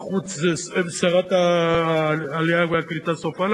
הוא איננו מביא בחשבון עדיין תרופות חדשות שיש להכניס לתוך הסל.